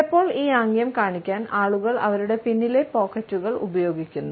ചിലപ്പോൾ ഈ ആംഗ്യം കാണിക്കാൻ ആളുകൾ അവരുടെ പിന്നിലെ പോക്കറ്റുകൾ ഉപയോഗിക്കുന്നു